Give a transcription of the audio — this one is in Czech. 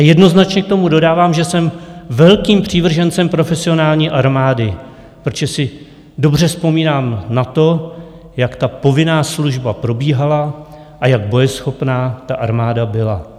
Jednoznačně k tomu dodávám, že jsem velkým přívržencem profesionální armády, protože si dobře vzpomínám na to, jak ta povinná služba probíhala a jak bojeschopná ta armáda byla.